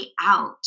out